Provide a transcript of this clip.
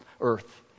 earth